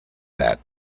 that